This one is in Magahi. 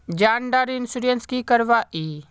जान डार इंश्योरेंस की करवा ई?